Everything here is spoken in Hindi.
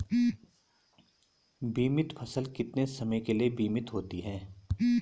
बीमित फसल कितने समय के लिए बीमित होती है?